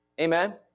Amen